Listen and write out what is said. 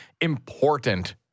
important